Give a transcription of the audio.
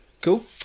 cool